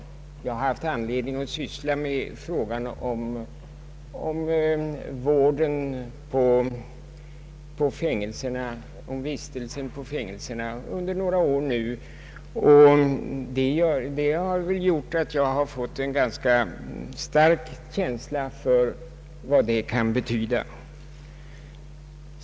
Under några år har jag haft anledning att syssla med frågan om vården och vistelsen på fängelser, och det har väl gjort att jag har fått en ganska stark känsla för vad fängelsestraff kan betyda.